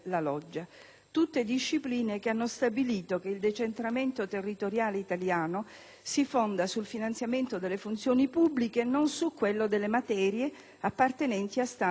tutte discipline che hanno stabilito che il decentramento territoriale italiano si fonda sul finanziamento delle funzioni pubbliche e non su quello delle materie appartenenti a Stato e Regioni